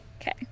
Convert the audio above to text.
Okay